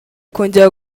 kongera